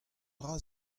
dra